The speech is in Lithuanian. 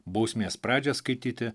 bausmės pradžią skaityti